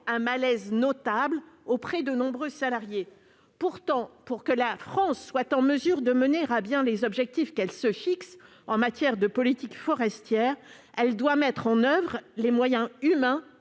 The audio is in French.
un malaise notable chez de nombreux salariés. Pourtant, pour que la France soit en mesure d'atteindre les objectifs qu'elle se fixe en matière de politique forestière, elle doit mobiliser les moyens humains